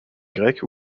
grecque